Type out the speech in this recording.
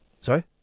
Sorry